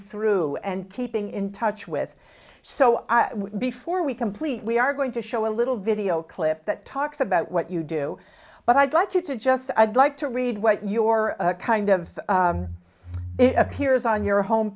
through and keeping in touch with so before we complete we are going to show a little video clip that talks about what you do but i'd like to just i'd like to read what your kind of it appears on your home